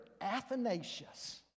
Athanasius